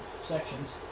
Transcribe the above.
sections